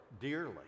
dearly